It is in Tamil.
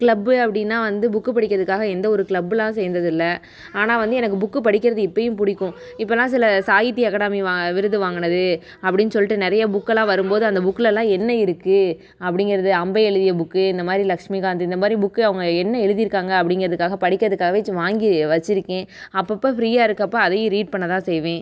கிளப்பு அப்படின்னா வந்து புக்கு படிக்கிறதுக்காக எந்த ஒரு கிளப்லாம் சேர்ந்தது இல்லை ஆனால் வந்து எனக்கு புக்கு படிக்கிறது இப்போயும் பிடிக்கும் இப்போலாம் சில சாகித்ய அகாடமி வ விருது வாங்கினது அப்படின்னு சொல்லிட்டு நிறைய புக்கெல்லாம் வரும் போது அந்த புக்கெலாம் என்ன இருக்குது அப்படிங்கிறது அம்பை எழுதிய புக்கு இந்தமாதிரி லக்ஷ்மிகாந்த் இந்தமாதிரி புக்கு அவங்க என்ன எழுதியிருக்காங்க அப்படிங்கிறதுக்காக படிக்கிறதுக்காகவேயாச்சும் வாங்கி வச்சுருக்கேன் அப்போப்ப ஃப்ரீயாக இருக்கப்ப அதையும் ரீட் பண்ண தான் செய்வேன்